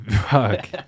Fuck